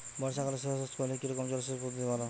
বর্ষাকালে শশা চাষ করলে কি রকম জলসেচ পদ্ধতি ভালো?